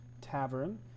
tavern